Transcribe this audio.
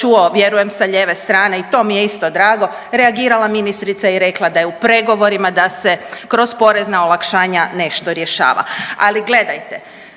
čuo, vjerujem, sa lijeve strane i to mi je isto drago, reagirala ministrica i rekla da je u pregovorima, da se kroz porezna olakšanja nešto rješava. Ali, gledajte,